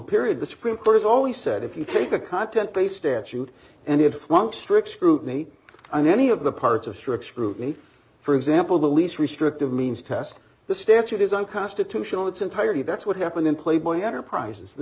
period the supreme court always said if you take a content based statute and it flunk strict scrutiny on any of the parts of strict scrutiny for example the least restrictive means test the statute is unconstitutional it's entirety that's what happened in playboy enterprises the